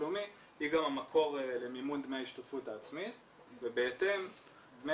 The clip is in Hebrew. לאומי היא גם המקור למימון דמי ההשתתפות העצמית ובהתאם דמי